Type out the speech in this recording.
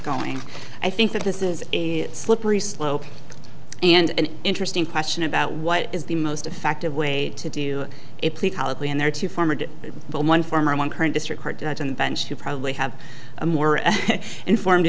going i think that this is a slippery slope and an interesting question about what is the most effective way to do it in there to farmer one farmer one current district court judge on the bench who probably have a more informed